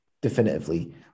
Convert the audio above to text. definitively